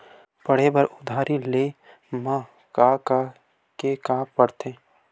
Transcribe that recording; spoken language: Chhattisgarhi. पढ़े बर उधारी ले मा का का के का पढ़ते?